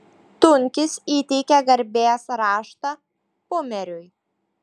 tunkis įteikė garbės raštą pumeriui